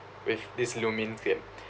with this lumin